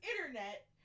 internet